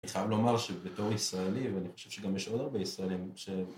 אני חייב לומר שבתור ישראלי, ואני חושב שגם יש עוד הרבה ישראלים ש...